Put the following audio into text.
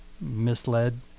misled